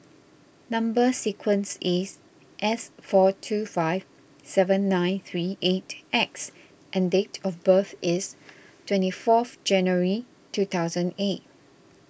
Number Sequence is S four two five seven nine three eight X and date of birth is twenty fourth January two thousand eight